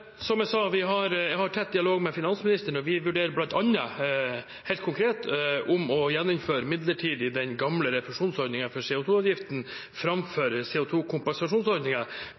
Som jeg sa, har jeg tett dialog med finansministeren, og vi vurderer bl.a. helt konkret om det å gjeninnføre midlertidig den gamle refusjonsordningen for CO 2 -avgiften framfor